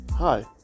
Hi